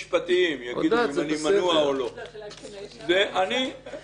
בנוסח החש"צ כיום המשרת עשוי להעלות טענת התיישנות כבר בחלוף שלוש שנים,